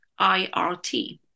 IRT